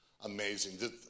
amazing